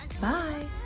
Bye